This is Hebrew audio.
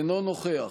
תודה רבה.